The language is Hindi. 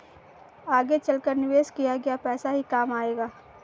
आगे चलकर निवेश किया गया पैसा ही काम आएगा